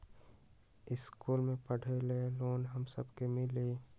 इश्कुल मे पढे ले लोन हम सब के मिली?